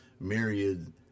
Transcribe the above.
Myriad